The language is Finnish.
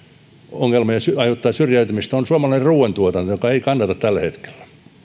ongelma ja aiheuttaa syrjäytymistä on suomalainen ruuantuotanto joka ei kannata tällä hetkellä